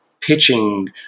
pitching